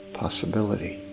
possibility